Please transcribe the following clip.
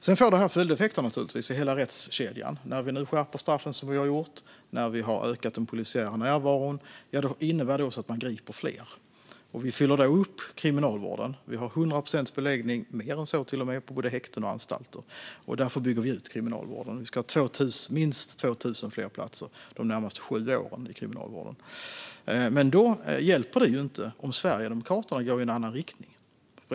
Det här får naturligtvis följdeffekter i hela rättskedjan. När vi nu skärper straffen som vi har gjort och när vi ökar den polisiära närvaron innebär det också att man griper fler. Vi fyller då upp kriminalvården. Vi har 100 procents beläggning - mer än så till och med - på både häkten och anstalter. Därför bygger vi ut kriminalvården. Det ska bli minst 2 000 fler platser i kriminalvården de närmaste sju åren. Men då hjälper det inte om Sverigedemokraterna går i en annan riktning.